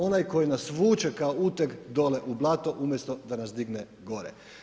Onaj koji nas vuče kao uteg dole u blato, umjesto da nas digne gore.